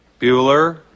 Bueller